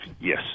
Yes